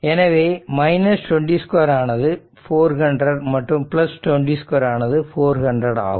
எனவே 202ஆனது 400 மற்றும் 202 ஆனது 400 ஆகும்